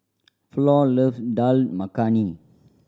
Flor love Dal Makhani